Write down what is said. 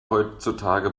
heutzutage